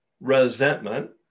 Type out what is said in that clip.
resentment